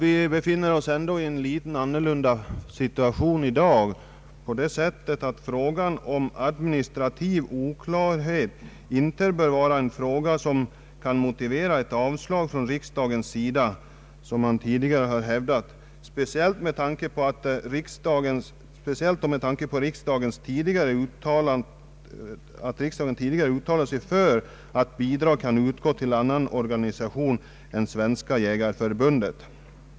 Vi befinner oss ändå i en något annorlunda situation i dag än vi gjort tidigare. Administrativ oklarhet bör inte kunna motivera ett avslag från riksdagens sida, vilket tidigare hävdats. Riksdagen har också tidigare uttalat sig för att bidrag kan utgå till annan organisation än Svenska jägareförbundet.